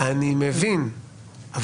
אני מבין אבל